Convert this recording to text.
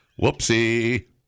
Whoopsie